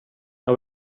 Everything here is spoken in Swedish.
jag